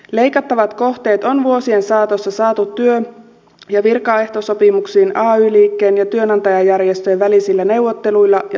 leikattavat kohteet on vuosien saatossa saatu työ ja virkaehtosopimuksiin ay liikkeen ja työnantajajärjestöjen välisillä neuvotteluilla ja sopimalla